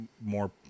more